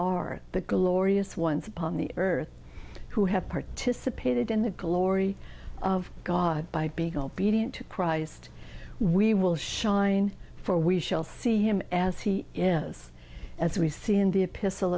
are the glorious once upon the earth who have participated in the glory of god by being obedient to christ we will shine for we shall see him as he does as we see in the epist